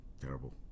Terrible